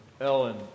Ellen